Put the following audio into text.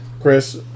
Chris